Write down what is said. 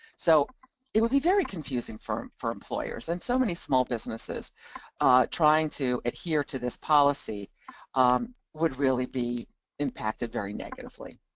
so it would be very confusing for for employers. and so many small businesses trying to adhere to this policy would really be impacted very negatively.